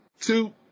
Two